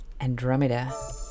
andromeda